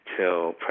till